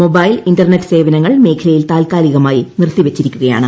mobile internet സേവനങ്ങൾ മേഖ്ല്യിൽ താത്കാലികമായി നിർത്തിവച്ചിരിക്കുകയാണ്